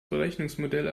berechnungsmodell